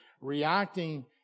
reacting